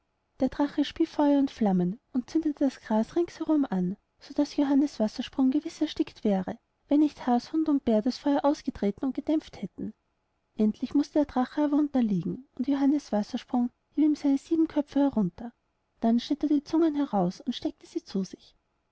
der drache spie feuer und flammen und zündete das gras rings herum an so daß johannes wassersprung gewiß erstickt wäre wenn nicht has hund und bär das feuer ausgetreten und gedämpft hätten endlich mußte der drache aber unterliegen und johannes wassersprung hieb ihm seine sieben köpfe herunter dann schnitt er die zungen heraus und steckte sie zu sich